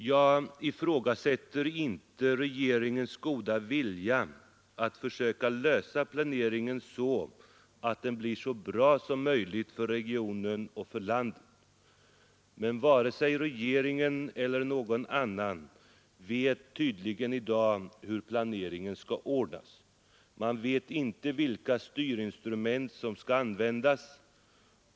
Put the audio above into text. Jag ifrågasätter inte regeringens goda vilja att försöka lösa planeringen så att den blir så bra som möjligt för regionen och för landet. Men varken regeringen eller någon annan vet hur planeringen skall ordnas — man vet inte vilka styrinstrument som skall användas.